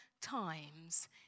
times